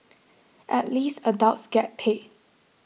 at least adults get paid